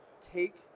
take